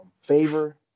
favor